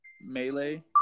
melee